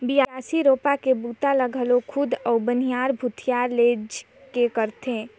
बियासी, रोपा के बूता ल घलो खुद अउ बनिहार भूथिहार लेइज के करथे